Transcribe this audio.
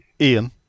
Ian